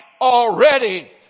already